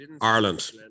ireland